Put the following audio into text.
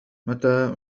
متى